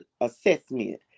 assessment